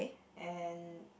and